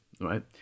right